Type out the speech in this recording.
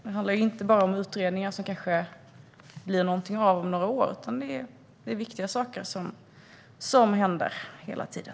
Det handlar inte bara om utredningar som det kanske blir någonting av om några år, utan det är viktiga saker som händer hela tiden.